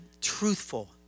truthful